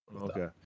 okay